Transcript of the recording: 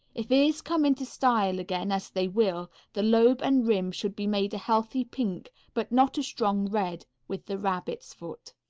if ears come into style again, as they will, the lobe and rim should be made a healthy pink, but not a strong red, with the rabbit's foot.